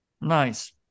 nice